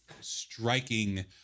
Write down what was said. striking